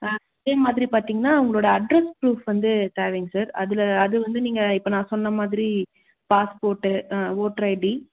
அதே மாதிரி பார்த்தீங்னா உங்களோடய அட்ரஸ் ப்ரூஃப் வந்து தேவைங்க சார் அதில் அது வந்து நீங்கள் இப்போ நான் சொன்ன மாதிரி பாஸ்போர்ட்டு ஓட்ரு ஐடி